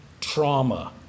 trauma